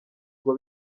ngo